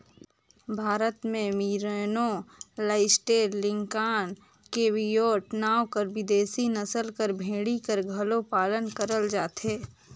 भारत में merino, Leicester, Lincoln, Cheviot नांव कर बिदेसी नसल कर भेड़ी कर घलो पालन करल जाथे